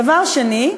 דבר שני,